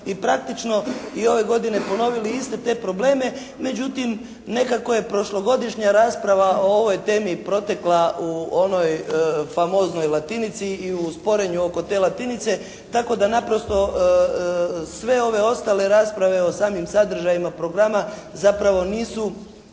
I praktično i ove godine ponovili iste te probleme međutim nekako je prošlogodišnja rasprava o ovoj temi protekla u onoj famoznoj Latinici i u sporenju oko te Latinice. Tako da naprosto sve ove ostale rasprave o samim sadržajima programa zapravo nisu